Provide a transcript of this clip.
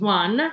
one